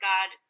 God